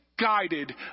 guided